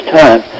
time